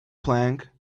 plank